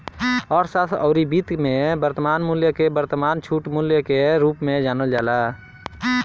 अर्थशास्त्र अउरी वित्त में वर्तमान मूल्य के वर्तमान छूट मूल्य के रूप में जानल जाला